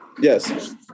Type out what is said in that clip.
Yes